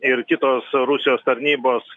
ir kitos rusijos tarnybos